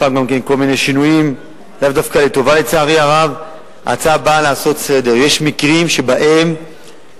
אזולאי, יושב-ראש ועדת הפנים של